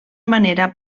manera